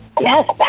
yes